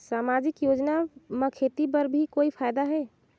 समाजिक योजना म खेती बर भी कोई फायदा है?